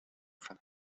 from